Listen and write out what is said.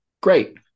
great